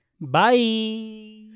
Bye